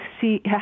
see